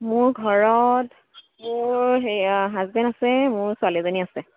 মোৰ ঘৰত মোৰ হাজবেণ্ড আছে মোৰ ছোৱালী এজনী আছে